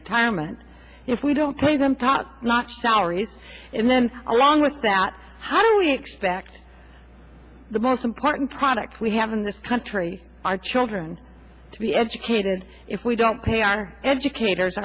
retirement if we don't take them top notch salaries and then along with that how do we expect the most important product we have in this country our children to be educated if we don't pay our educators